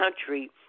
country